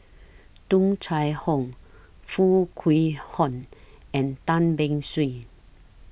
Tung Chye Hong Foo Kwee Horng and Tan Beng Swee